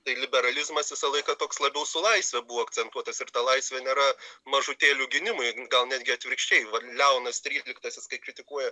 tai liberalizmas visą laiką toks labiau su laisve buvo akcentuotas ir ta laisvė nėra mažutėlių gynimui gal netgi atvirkščiai va leonas tryliktasis kai kritikuoja